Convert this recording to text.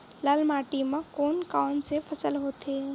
लाल माटी म कोन कौन से फसल होथे?